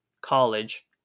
college